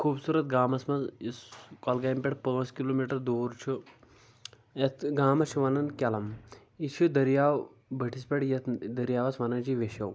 خوٗبصوٗرت گامس منٛز یُس کۄلگامہِ پٮ۪ٹھ پانٛژھ کلوٗ میٖٹر دوٗر چھُ یتھ گامس چھِ ونان کیٚلم یہِ چھ دٔریاو بٔٹھِس پٮ۪ٹھ یتھ دٔریاوس ونان چھِ وٮ۪شو